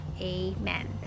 amen